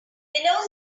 below